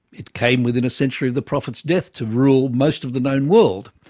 it came within a century of the prophet's death to rule most of the known world.